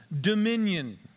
dominion